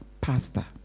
pastor